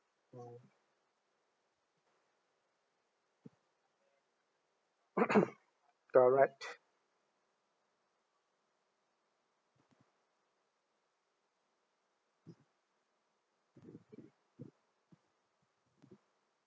correct